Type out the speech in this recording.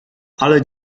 ale